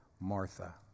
Martha